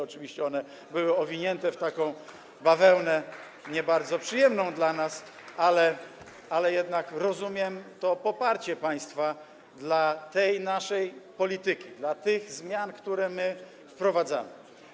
oczywiście one były owinięte w taką bawełnę nie bardzo przyjemną dla nas, ale rozumiem to poparcie państwa dla tej naszej polityki, dla tych zmian, które my wprowadzamy.